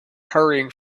hurrying